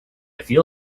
feel